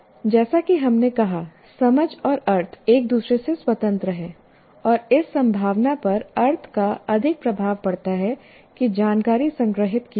जैसा कि हमने कहा समझ और अर्थ एक दूसरे से स्वतंत्र हैं और इस संभावना पर अर्थ का अधिक प्रभाव पड़ता है कि जानकारी संग्रहीत की जाएगी